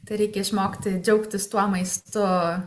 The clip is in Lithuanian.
tai reikia išmokti džiaugtis tuo maistu